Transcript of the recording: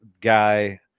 guy